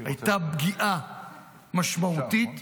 הייתה פגיעה משמעותית.